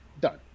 Done